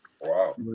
Wow